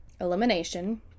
elimination